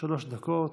שלוש דקות.